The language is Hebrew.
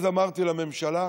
אז אמרתי לממשלה: